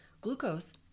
Glucose